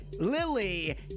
Lily